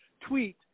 tweet